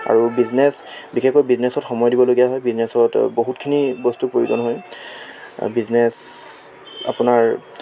আৰু বিজনেছ বিশেষকৈ বিজনেছত সময় দিবলগীয়া হয় বিজনেছত বহুতখিনি বস্তু প্ৰয়োজন হয় বিজনেছ আপোনাৰ